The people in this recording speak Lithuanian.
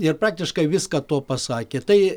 ir praktiškai viską tuo pasakė tai